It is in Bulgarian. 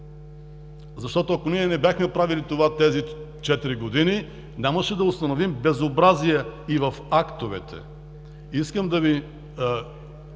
защото, ако ние не бяхме правили това тези четири години, нямаше да установим безобразия и в актовете. Искам да Ви